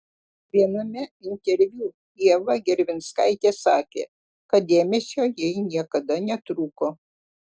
viename interviu ieva gervinskaitė sakė kad dėmesio jai niekada netrūko